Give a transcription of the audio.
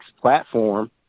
platform